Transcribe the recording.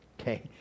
okay